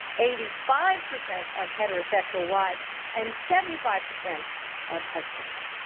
eighty five percent of heterosexual wives and seventy five percent of husbands.